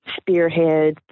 spearhead